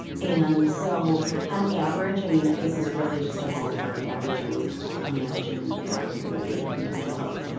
and so on and average, i mean this is really just a ball park average. i would imagine that there would be a commitment of